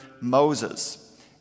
Moses